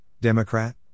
Democrat